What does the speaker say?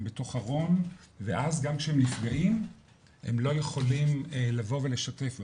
הם בתוך ארון ואז גם שהם נפגעים הם לא יכולים לבוא ולשתף בפגיעות.